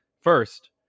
first